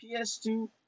PS2